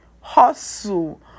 Hustle